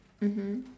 mmhmm